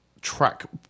track